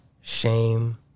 shame